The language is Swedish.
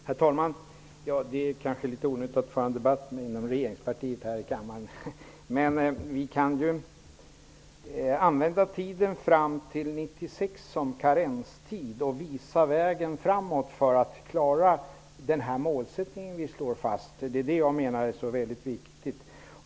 Herr talman! Det är kanske onödigt med en debatt mellan representanter för regeringspartier i kammaren, men jag ville säga att vi ju kan utnyttja tiden fram till 1996 som karenstid. Vi kan visa vägen för att uppnå det mål som vi har slagit fast. Det tycker jag är viktigt.